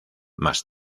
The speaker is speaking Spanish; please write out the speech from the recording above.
más